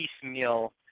piecemeal